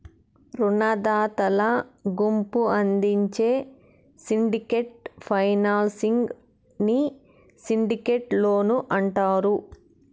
రునదాతల గుంపు అందించే సిండికేట్ ఫైనాన్సింగ్ ని సిండికేట్ లోన్ అంటారు